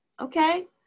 Okay